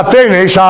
finish